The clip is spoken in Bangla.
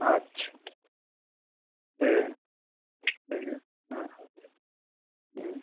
আচ্ছা হ্যাঁ ঠিক হ্যাঁ হুম হ্যাঁ হুম